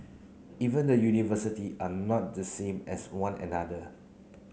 even the university are not the same as one another